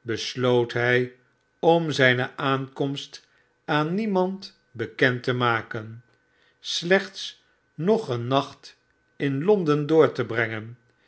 besloot hij om zijne aankomst aan niemand bekend te maken slechts nog een nacht in londen door te brengen